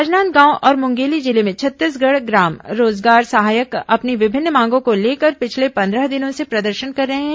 राजनांदगांव और मुंगेली जिले में छत्तीसगढ़ ग्राम रोजगार सहायक अपनी विभिन्न मांगों को लेकर पिछले पंद्रह दिनों से प्रदर्शन कर रहे हैं